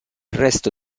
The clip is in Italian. resto